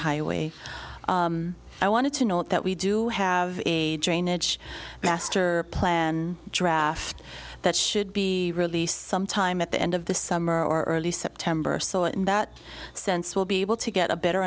highway i wanted to note that we do have a drainage master plan draft that should be released sometime at the end of the summer or early september so in that sense will be able to get a better